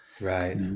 right